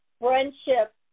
friendship